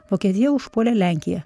vokietija užpuolė lenkiją